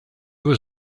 was